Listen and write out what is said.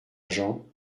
agent